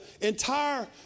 entire